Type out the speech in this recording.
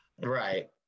Right